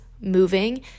moving